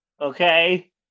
Okay